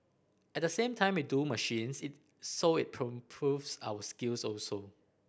at the same time we do machines it so it proves our skills also